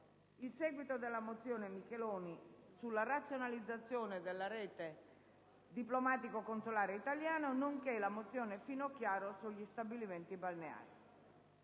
il seguito della mozione Micheloni sulla razionalizzazione della rete diplomatico-consolare italiana, nonché la mozione Finocchiaro sugli stabilimenti balneari.